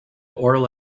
oral